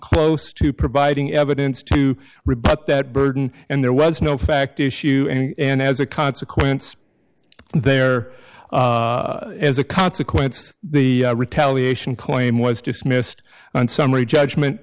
close to providing evidence to rebut that burden and there was no fact issue and as a consequence there as a consequence the retaliation claim was dismissed on summary judgment